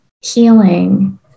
healing